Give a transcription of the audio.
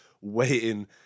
waiting